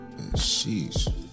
Sheesh